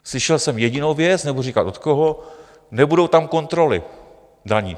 Slyšel jsem jedinou věc, nebudu říkat od koho: nebudou tam kontroly daní.